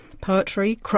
poetry